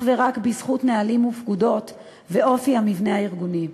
ורק בזכות נהלים ופקודות ואופי המבנה הארגוני.